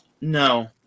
No